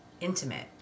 intimate